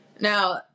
Now